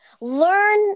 Learn